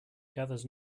gathers